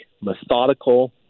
methodical